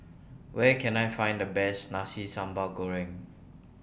Where Can I Find The Best Nasi Sambal Goreng